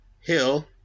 Hill